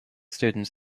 students